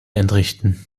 entrichten